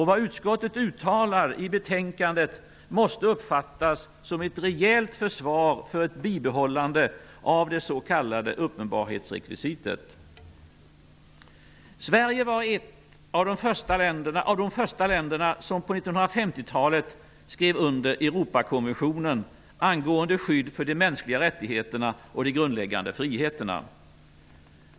Vad utskottet uttalar i betänkandet måste uppfattas som ett rejält försvar för ett bibehållande av det s.k. Sverige var ett av de första länderna som på 1950 talet skrev under Europakonventionen angående skydd för de mänskliga rättigheterna och de grundläggande friheterna.